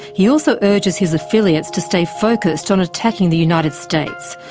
he also urges his affiliates to stay focused on attacking the united states.